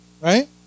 right